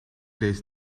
deze